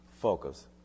focus